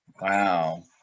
Wow